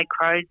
Crows